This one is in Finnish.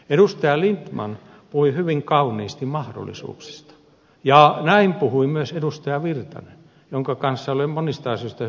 edustaja lindtman puhui hyvin kauniisti mahdollisuuksista ja näin puhui myös edustaja virtanen jonka kanssa olen monista asioista hyvin samaa mieltä